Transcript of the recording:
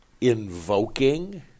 invoking